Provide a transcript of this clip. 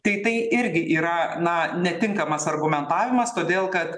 tai tai irgi yra na netinkamas argumentavimas todėl kad